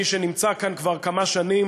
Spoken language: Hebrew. מי שנמצא כאן כבר כמה שנים